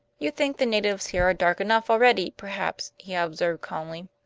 you think the natives here are dark enough already, perhaps, he observed calmly.